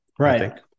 Right